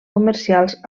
comercials